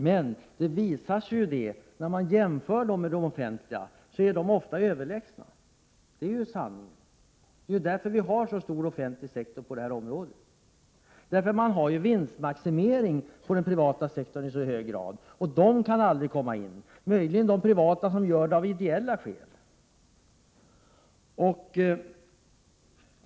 Men det visar sig ju vid en jämförelse att de offentliga ofta är överlägsna. Det är sanningen, och det är därför vi har en så stor offentlig sektor på det här området. Man har ju i så hög grad vinstmaximering som mål iden privata sektorn, och de som har det kan aldrig komma in här — möjligen privata som gör det av ideella skäl.